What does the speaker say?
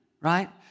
right